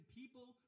people